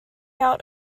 out